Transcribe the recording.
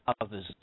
others